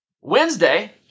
Wednesday